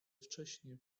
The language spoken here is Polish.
wcześnie